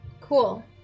Cool